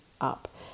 up